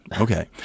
Okay